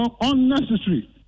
unnecessary